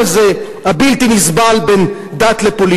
לא נמצאו כאלה.